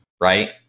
Right